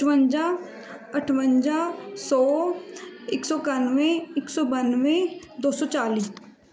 ਪਚਵੰਜਾ ਅਠਵੰਜਾ ਸੌ ਇੱਕ ਸੌ ਇਕਾਨਵੇਂ ਇੱਕ ਸੌ ਬਾਨਵੇਂ ਦੋ ਸੌ ਚਾਲ੍ਹੀ